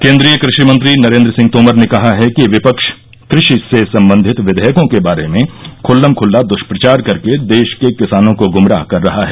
केंद्रीय कृषि मंत्री नरेंद्र सिंह तोमर ने कहा है कि विपक्ष कृषि से संबंधित विधेयकों के बारे में खुल्लमखुल्ला दुष्प्रचार करके देश के किसानों को गुमराह कर रहा है